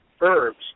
herbs